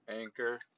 anchor